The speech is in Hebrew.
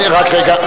רק רגע,